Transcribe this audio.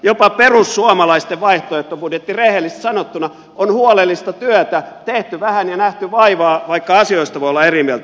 jopa perussuomalaisten vaihtoehtobudjetti rehellisesti sanottuna on huolellista työtä tehty vähän ja nähty vaivaa vaikka asioista voi olla eri mieltä